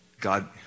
God